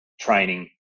training